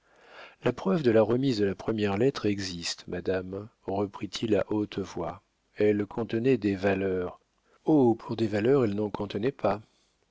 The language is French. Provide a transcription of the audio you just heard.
la preuve de la remise de la première lettre existe madame reprit-il à haute voix elle contenait des valeurs oh pour des valeurs elle n'en contenait pas